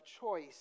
choice